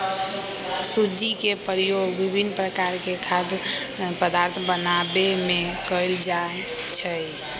सूज्ज़ी के प्रयोग विभिन्न प्रकार के खाद्य पदार्थ बनाबे में कयल जाइ छै